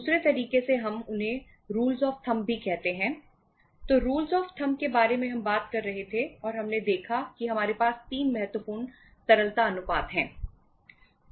दूसरे तरीके से हम उन्हें रूल्स ऑफ थंब के बारे में हम बात कर रहे थे और हमने देखा कि हमारे पास 3 महत्वपूर्ण तरलता अनुपात हैं